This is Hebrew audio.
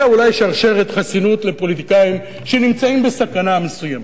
אלא אולי שרשרת חסינות לפוליטיקאים שנמצאים בסכנה מסוימת.